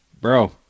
Bro